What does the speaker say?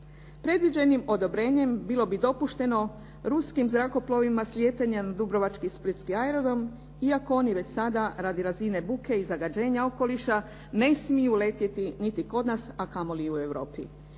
Predviđenim odobrenjem bilo bi dopušteno ruskim zrakoplovima slijetanje na dubrovački i splitski aerodrom iako oni već sada radi razine buke i zagađenja okoliša ne smiju letjeti niti kod nas a kamoli u Europi.